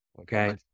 okay